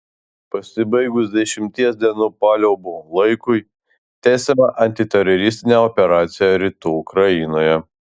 pasibaigus dešimties dienų paliaubų laikui tęsiama antiteroristinė operacija rytų ukrainoje